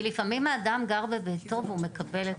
כי לפעמים האדם גר בביתו והוא מקבל את השירותים.